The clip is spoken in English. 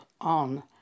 on